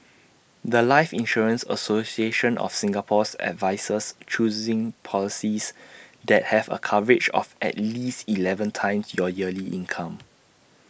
The Life insurance association of Singapore's advises choosing policies that have A coverage of at least Eleven times your yearly income